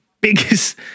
biggest